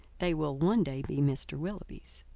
they will one day be mr. willoughby's,